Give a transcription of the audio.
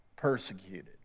persecuted